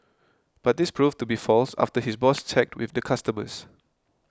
but this proved to be false after his boss checked with the customers